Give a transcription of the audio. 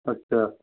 अच्छा